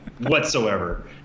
whatsoever